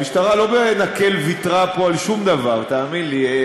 המשטרה לא בנקל ויתרה פה על שום דבר, תאמין לי.